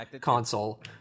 console